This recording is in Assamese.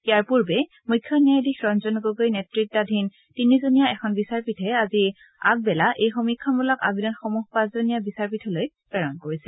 ইয়াৰ পূৰ্বে মুখ্য ন্যায়াধীশ ৰঞ্জন গগৈ নেত্ৰতাধীন তিনিজনীয়া এখন বিচাৰপীঠে আজি আগবেলা এই সমীক্ষামূলক আবেদনসমূহ পাঁচজনীয়া বিচাৰপীঠলৈ প্ৰেৰণ কৰিছিল